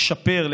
לשפר,